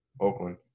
Oakland